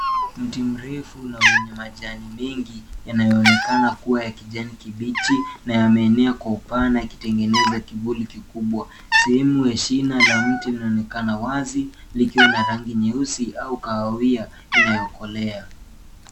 Mti mrefu na wenye majani mengi yanayoonekana kuwa ya kijani kibichi na yameenea kwa upana yakitengeneza kivuli kikubwa. Sehemu ya shina la mti linaonekana wazi likiwa na rangi nyeusi au kahawia inayokolea.